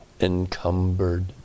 encumbered